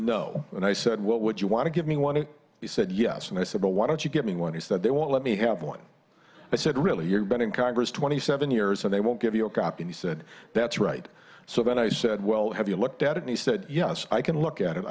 no and i said what what you want to give me one and he said yes and i said well why don't you give me one he said they won't let me have one i said really here but in congress twenty seven years and they won't give you a copy he said that's right so then i said well have you looked at it and he said yes i can look at it